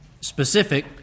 specific